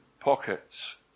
Pockets